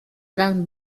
eran